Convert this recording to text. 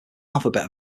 alphabet